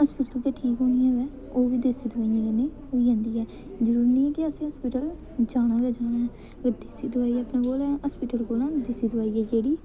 hospital दा ठीक होनी होऐ ओह् बी देसी दोआ कन्नै होई जंदी ऐ जरूरी निं कि असें हास्पिटल जाना गै जाना हास्पिटल कोला देसी दोआई ऐ जेह्ड़ी ओह् ठीक होंदी ऐ